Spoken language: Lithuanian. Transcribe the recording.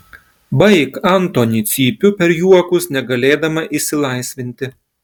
baik antoni cypiu per juokus negalėdama išsilaisvinti